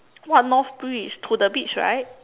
what North bridge to the beach right